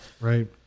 Right